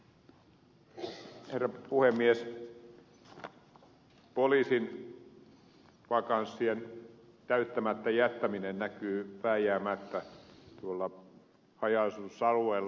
poliisin vakanssien täyttämättä jättäminen näkyy vääjäämättä tuolla haja asutusalueella